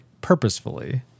purposefully